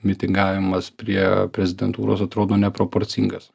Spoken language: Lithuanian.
mitingavimas prie prezidentūros atrodo neproporcingas